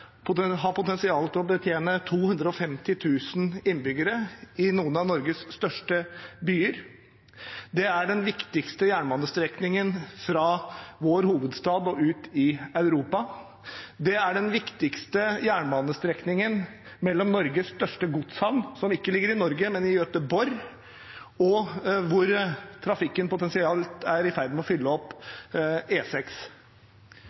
potensial til å betjene 250 000 innbyggere i noen av Norges største byer. Det er den viktigste jernbanestrekningen fra vår hovedstad og ut i Europa. Det er den viktigste jernbanestrekningen tilknyttet Norges største godshavn, som ikke ligger i Norge, men i Göteborg, og hvor trafikken potensielt er i ferd med å fylle